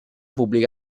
pubblica